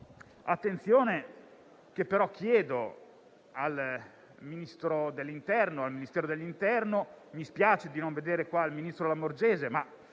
Un'attenzione che chiedo al Ministero dell'interno, e mi spiace non vedere qui il ministro Lamorgese;